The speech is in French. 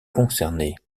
concernées